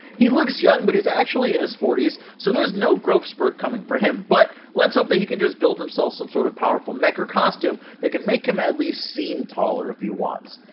he looks young but he's actually in his forty s so there's no growth spurt coming for him, but let's hope he can just build himself some sort of powerful mech or costume that can mmake him atleast seem taller if he wants.